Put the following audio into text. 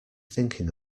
thinking